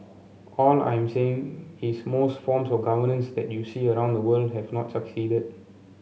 all I am saying is most forms of governance that you see around the world have not succeeded